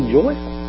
joyful